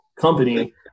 company